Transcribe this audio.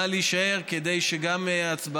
נא להישאר להצבעה,